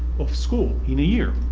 of school in a year.